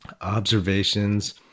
Observations